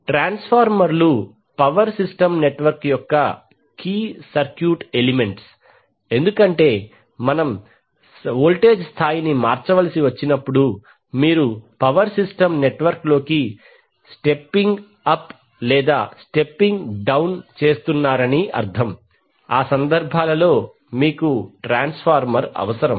ట్రాన్స్ఫార్మర్లు power system network యొక్క key circuit elements ఎందుకంటే మనం వోల్టేజ్ స్థాయిని మార్చవలసి వచ్చినప్పుడు మీరు పవర్ సిస్టమ్ నెట్వర్క్లోకి స్టెప్పింగ్ అప్ లేదా స్టెప్పింగ్ డౌన్ చేస్తున్నారని అర్థం ఆ సందర్భాలలో మీకు ట్రాన్స్ఫార్మర్ అవసరం